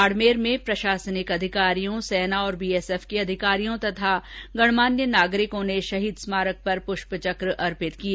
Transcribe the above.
बाड़मेर में प्रशासनिक अधिकारियों सेना और बीएसएफ के अधिकारियों और गणमान्य नागरिकों ने शहीद स्मारक पर पुष्प चक अर्पित किए